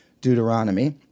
Deuteronomy